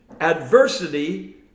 adversity